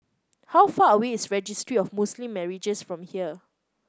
how far away is Registry of Muslim Marriages from here